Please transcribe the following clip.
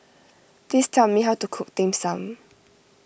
please tell me how to cook Dim Sum